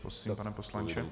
Prosím, pane poslanče.